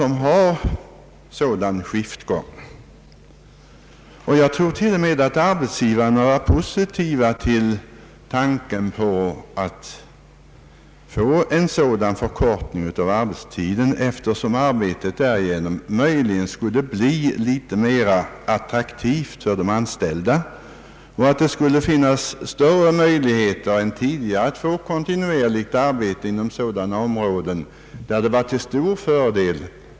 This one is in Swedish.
Jag tror till och med att arbetsgivarna var positiva till tanken på en sådan förkortning av arbetstiden, eftersom arbetet därigenom möjligen skulle bli litet mer attraktivt för de anställda och det skulle finnas större möjligheter än tidigare att införa kontinuerligt skiftarbete inom sådana områden där detta vore till stor fördel.